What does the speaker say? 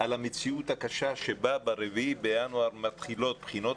על המציאות הקשה בה ב-4 בינואר מתחילות בחינות